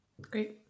Great